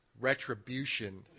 Retribution